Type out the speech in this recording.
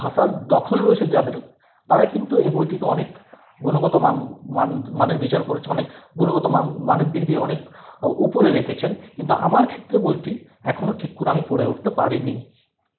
ভাষার দখল রয়েছে যাদের তারা কিন্তু এই বইটিকে অনেক গুণগত মান মান মানের বিচার করেছে অনেক গুনগত মান মানের দিক দিয়ে অনেক ওপরে রেখেছেন বা আমার ক্ষেত্রে বইটি এখনো ঠিক করে আমি পড়ে উঠতে পারিনি